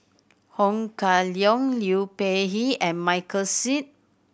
Ho Kah Leong Liu Peihe and Michael Seet